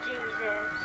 Jesus